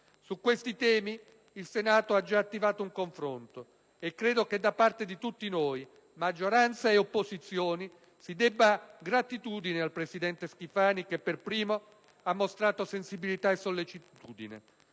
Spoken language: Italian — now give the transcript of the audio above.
Su questi temi il Senato ha già attivato un confronto, e credo che da parte di tutti noi, maggioranza e opposizione, si debba gratitudine al presidente Schifani, che per primo ha mostrato sensibilità e sollecitudine.